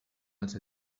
els